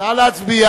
רחל אדטו,